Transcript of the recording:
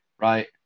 right